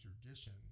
tradition